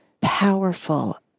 powerful